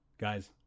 Guys